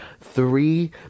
three